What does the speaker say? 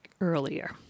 earlier